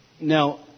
Now